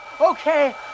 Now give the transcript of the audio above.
okay